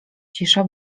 cisza